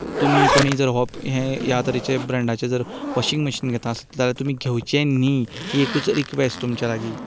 तुमीय कोणूय जर ह्या तरेच्या ब्रॅंडाचेर जर वॉशिंग मॅशीन घेता आसत जाल्यार तुमी घेवचें न्हय ही एकूच रिक्वेस्ट तुमचे लागीं